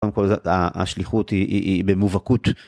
קודם כל השליחות היא במובהקות.